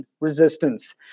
resistance